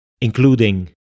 including